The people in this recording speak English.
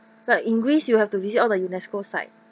like in greece you have to visit all the UNESCO site